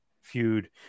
feud